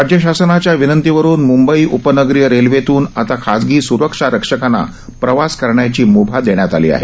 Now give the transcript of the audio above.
राज्यशासनाच्या विनंतीवरून मुंबई उपनगरीय रेल्वेतून आता खासगी सुरक्षारक्षकांना प्रवास करण्याची मुभा देण्यात आली आहे